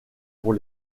pour